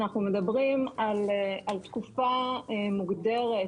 אנחנו מדברים על תקופה מוגדרת